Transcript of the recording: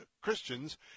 Christians